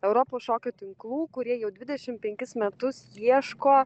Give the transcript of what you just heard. europos šokio tinklų kurie jau dvidešim penkis metus ieško